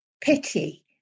pity